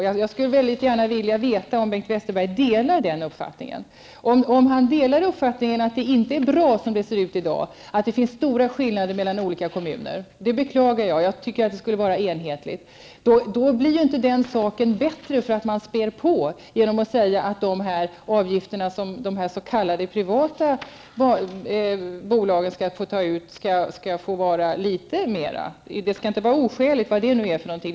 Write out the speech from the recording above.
Jag skulle väldigt gärna vilja veta om Bengt Westerg delar denna uppfattning och om han delar uppfattningen att det inte är bra som det ser ut i dag med stora skillnader mellan olika kommuner. Det beklagar jag. Jag tycker att det skall vara enhetligt. Men den saken blir inte bättre av att man spär på genom att säga att de avgifter som de s.k. privata bolagen skall få ta upp kan få vara litet högre. De skall bara inte få vara oskäliga, vad det nu innebär.